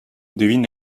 devine